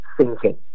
sinking